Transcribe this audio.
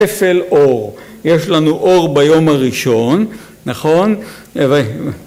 ‫כפל אור. יש לנו אור ביום הראשון, ‫נכון?